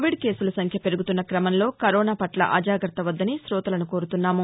Covid కేసులసంఖ్య పెరుగుతున్న క్రమంలో కరోనాపట్ల అజాగ్రత్త వద్దని కోతలను కోరుతున్నాము